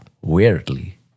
weirdly